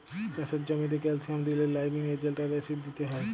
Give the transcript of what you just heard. চাষের জ্যামিতে ক্যালসিয়াম দিইলে লাইমিং এজেন্ট আর অ্যাসিড দিতে হ্যয়